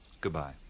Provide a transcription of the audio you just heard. Goodbye